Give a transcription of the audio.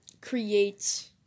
create